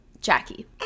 Jackie